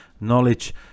knowledge